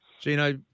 Gino